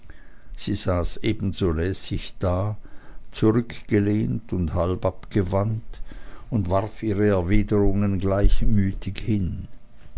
sie saß ebenso lässig da zurückgelehnt und halb abgewandt und warf ihre erwiderungen gleichmütig hin